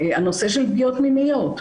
הנושא של פגיעות מיניות.